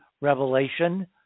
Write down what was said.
revelation